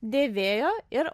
dėvėjo ir